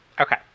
Okay